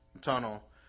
tunnel